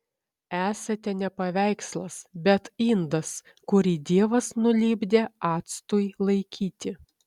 esate ne paveikslas bet indas kurį dievas nulipdė actui laikyti